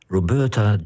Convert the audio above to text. Roberta